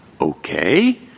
Okay